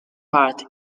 part